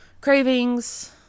cravings